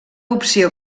opció